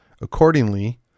accordingly